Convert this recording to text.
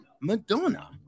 Madonna